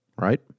right